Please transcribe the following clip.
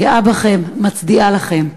גאה בכם, מצדיעה לכם.